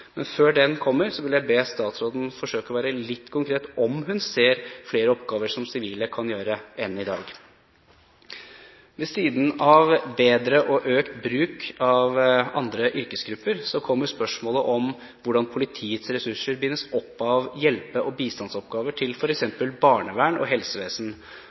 Men før den kommer, vil jeg be statsråden forsøke å være litt konkret på om hun ser flere oppgaver som sivile kan gjøre, enn i dag. Ved siden av bedre og økt bruk av andre yrkesgrupper kommer spørsmålet om hvordan politiets ressurser bindes opp av hjelpe- og bistandsoppgaver til f.eks. barnevernet og